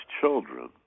children